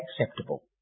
acceptable